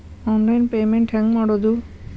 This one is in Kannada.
ಆನ್ಲೈನ್ ಪೇಮೆಂಟ್ ಹೆಂಗ್ ಮಾಡೋದು?